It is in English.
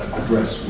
address